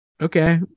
okay